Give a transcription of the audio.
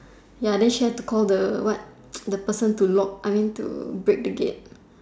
ya then she have to call the the person to lock I mean to break the gate